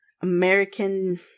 American